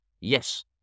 Yes